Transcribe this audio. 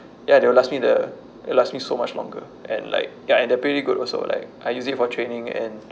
ya they will last me the it'll last me so much longer and like ya and they're pretty good also like I use it for training and